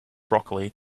broccoli